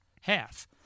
half